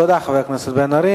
תודה, חבר הכנסת בן-ארי.